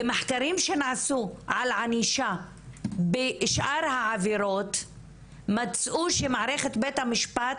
במחקרים שנעשו על ענישה בשאר העבירות מצאו שמערכת בית המשפט